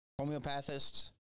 homeopathists